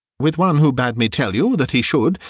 with one who bade me tell you that he should,